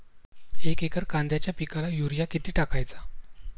एक एकर कांद्याच्या पिकाला युरिया किती टाकायचा?